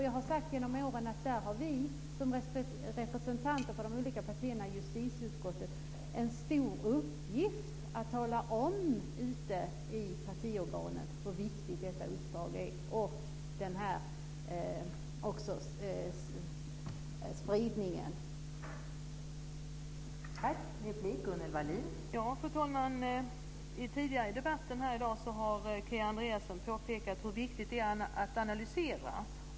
Jag har genom åren sagt att vi som representanter för de olika partierna i justitieutskottet har en stor uppgift i att tala om ute i partiorganen hur viktigt detta uppdrag är och hur viktig spridningen är.